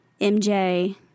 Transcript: MJ